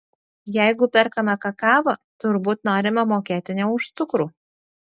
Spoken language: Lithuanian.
jeigu perkame kakavą turbūt norime mokėti ne už cukrų